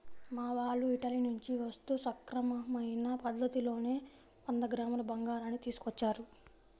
మా వాళ్ళు ఇటలీ నుంచి వస్తూ సక్రమమైన పద్ధతిలోనే వంద గ్రాముల బంగారాన్ని తీసుకొచ్చారు